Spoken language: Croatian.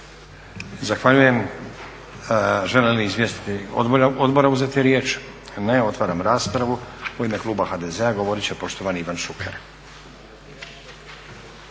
Zahvaljujem. Žele li izvjestitelja uzeti riječ? Ne. Otvaram raspravu. U ime kluba HDZ-a govoriti će poštovani Ivan šuker.